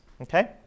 okay